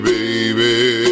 Baby